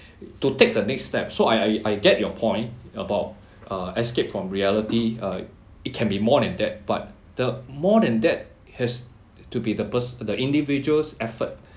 to take the next step so I I I get your point about uh escape from reality uh it can be more than that but the more than that has to be the pers~ the individual's effort